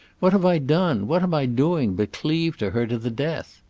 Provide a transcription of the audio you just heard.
what have i done, what am i doing, but cleave to her to the death?